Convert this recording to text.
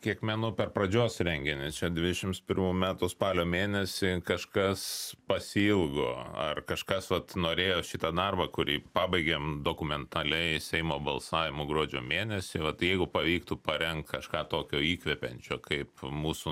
kiek menu per pradžios renginį čia dvidešims pirmų metų spalio mėnesį kažkas pasiilgo ar kažkas vat norėjo šitą darbą kurį pabaigėm dokumentaliai seimo balsavimo gruodžio mėnesį va tai jeigu pavyktų parenk kažką tokio įkvepiančio kaip mūsų